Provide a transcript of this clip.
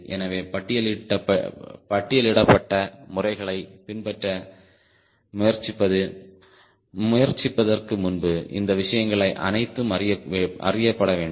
எனவே பட்டியலிடப்பட்ட முறைகளைப் பின்பற்ற முயற்சிப்பதற்கு முன்பு இந்த விஷயங்கள் அனைத்தும் அறியப்பட வேண்டும்